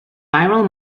viral